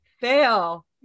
fail